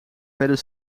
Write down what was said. verder